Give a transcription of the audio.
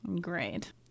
Great